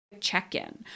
check-in